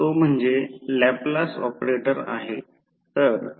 5 दिलेला एकूण प्रतिकार घेतल्यास या बाजूने एकूण भार येथे RL 7